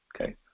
okay